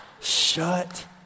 Shut